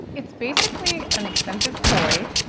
it's basically an expensive toy.